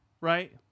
right